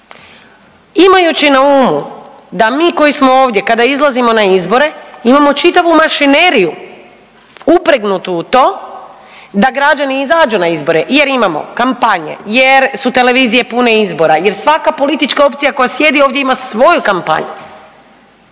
Imajući na umu da mi koji smo ovdje kada izlazimo na izbore imamo čitavu mašineriju upregnutu u to da građani izađu na izboru jer imamo kampanje, jer su televizije pune izbora, jer svaka politička opcija koja sjedi ovdje ima svoju kampanju,